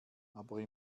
aber